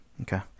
Okay